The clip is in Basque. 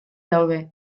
daude